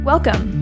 Welcome